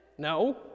No